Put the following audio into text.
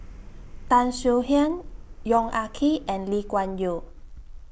Tan Swie Hian Yong Ah Kee and Lee Kuan Yew